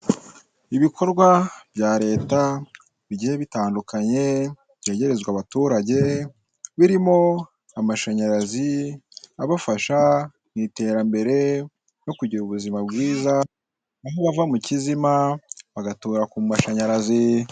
Ibikorwa bya leta bigiye bitandukanye byegerezwa abaturage birimo amashanyarazi abafasha mu iterambere no kugira ubuzima bwiza aho bava mu kizima bagatura ku mashanyarazi.